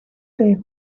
they